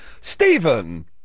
Stephen